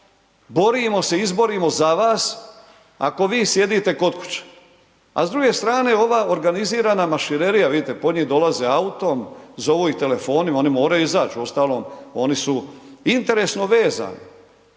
borimo se, izborimo za vas, ako vi sjedite kod kuće? A s druge strane, ova organizirana mašinerija, vidite po njih dolaze autom, zovu ih telefonima, oni moraju izać, uostalom, oni su interesno vezani.